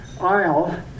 aisle